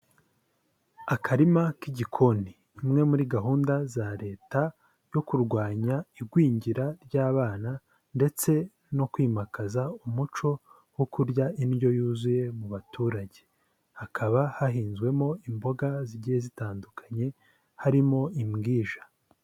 Akarima k'igikoni, imwe muri gahunda za Leta yo kurwanya igwingira ry'abana ndetse no kwimakaza umuco wo kurya indyo yuzuye mu baturage, hakaba hahinzwemo imboga zigiye zitandukanye harimo imbwija.